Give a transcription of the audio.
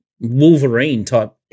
Wolverine-type